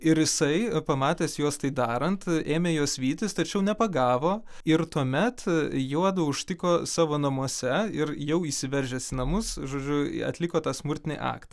ir jisai pamatęs juos tai darant ėmė juos vytis tačiau nepagavo ir tuomet juodu užtiko savo namuose ir jau įsiveržęs į namus žodžiu atliko tą smurtinį aktą